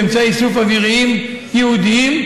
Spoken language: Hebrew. ובאמצעי איסוף אוויריים ייעודיים,